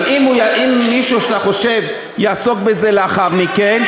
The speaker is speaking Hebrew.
אבל אם מישהו שאתה חושב יעסוק בזה לאחר מכן,